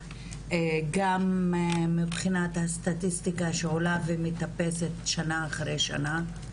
גם מבחינת הסטטיסטיקה שעולה ומטפסת שנה אחרי שנה,